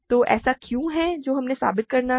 तो ऐसा क्या है जो हमें साबित करना है